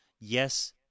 Yes